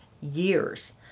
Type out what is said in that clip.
years